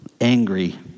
Angry